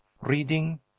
Reading